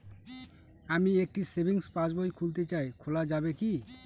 আমি একটি savings passbook খুলতে চাই খোলা যাবে কি?